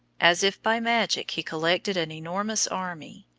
as if by magic he collected an enormous army.